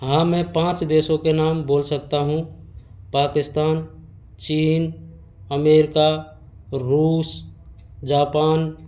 हाँ मैं पाँच देशों के नाम बोल सकता हूँ पाकिस्तान चीन अमेरिका रूस जापान